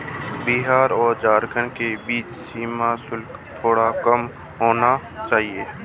बिहार और झारखंड के बीच सीमा शुल्क थोड़ा कम होना चाहिए